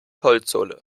holzsohle